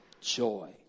Joy